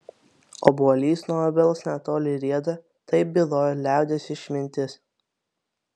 obuolys nuo obels netoli rieda taip byloja liaudies išmintis